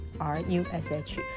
R-U-S-H